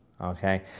okay